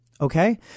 Okay